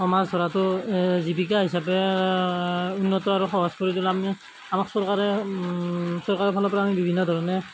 মাছ ধৰাটো জীৱিকা হিচাপে উন্নত আৰু সহজ কৰি তোলা আমাক চৰকাৰে চৰকাৰৰ ফালৰপৰা আমি বিভিন্ন ধৰণে